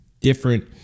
different